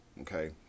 okay